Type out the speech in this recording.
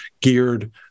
geared